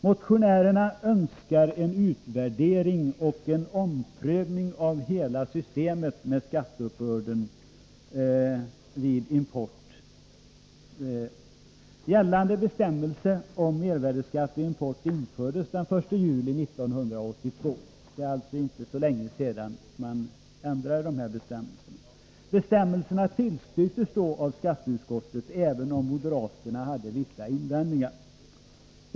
Motionärerna önskar en utvärdering och en omprövning av hela systemet med skatteuppbörden vid import. Gällande bestämmelser om mervärdeskatt vid import infördes den 1 juli 1982. Det är alltså inte så länge sedan man ändrade dessa bestämmelser. Bestämmelserna tillstyrktes då av skatteutskottet, även om moderaterna hade vissa invändningar.